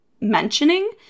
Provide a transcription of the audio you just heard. mentioning